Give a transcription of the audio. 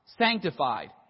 sanctified